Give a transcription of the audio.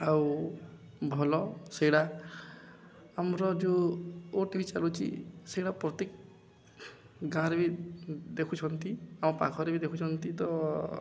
ଆଉ ଭଲ ସେଇଟା ଆମର ଯୋଉ ଓ ଟିଭି ଚାଲୁଛି ସେଇଟା ପ୍ରତ୍ୟେକ ଗାଁ'ରେ ବି ଦେଖୁଛନ୍ତି ଆମ ପାଖରେ ବି ଦେଖୁଛନ୍ତି ତ